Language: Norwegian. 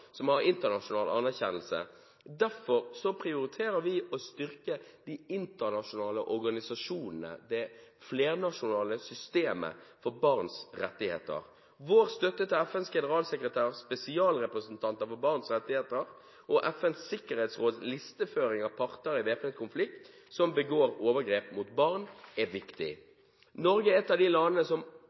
som har internasjonal anerkjennelse. Derfor prioriterer vi å styrke de internasjonale organisasjonene, det flernasjonale systemet, for barns rettigheter. Vår støtte til FNs generalsekretærs spesialrepresentanter for barns rettigheter og FNs sikkerhetsråds listeføring av parter i væpnet konflikt som begår overgrep mot barn, er viktig. Norge er et av de landene som